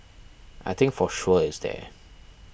I think for sure it's there